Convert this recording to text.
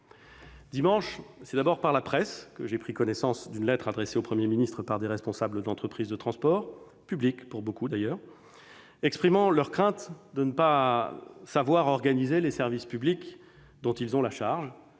Dimanche, c'est d'abord par la presse que j'ai pris connaissance d'une lettre adressée au Premier ministre par des responsables d'entreprises de transport- publics, pour beaucoup d'ailleurs -exprimant leur crainte de ne pas savoir organiser les services publics dont ils ont la charge,